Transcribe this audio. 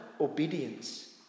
obedience